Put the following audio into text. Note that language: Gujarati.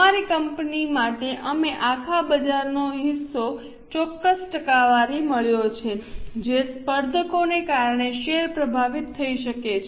અમારી કંપની માટે અમને આખા બજારનો હિસ્સો ચોક્કસ ટકાવારી મળ્યો છે જે સ્પર્ધકોને કારણે શેર પ્રભાવિત થઈ શકે છે